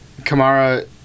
Kamara